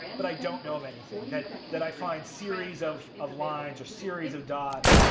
but i don't know of anything that that i find series of of lines or series of dots.